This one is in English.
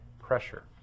pressure